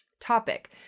topic